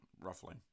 roughly